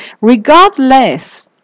Regardless